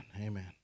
amen